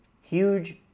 huge